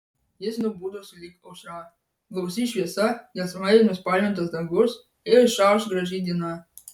jis nubudo sulig aušra blausi šviesa gelsvai nuspalvintas dangus išauš graži diena